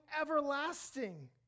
everlasting